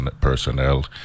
personnel